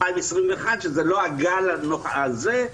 שזה לא הגל הזה,